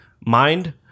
mind